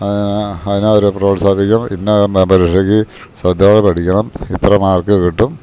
അതിന് അതിനവരെ പ്രോത്സാഹിപ്പിക്കും ഇന്ന പരീക്ഷയ്ക്ക് ശ്രദ്ധയോടെ പഠിക്കണം ഇത്ര മാർക്ക് കിട്ടും